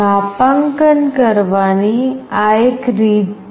માપાંકન કરવાની આ એક રીત છે